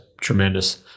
tremendous